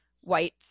white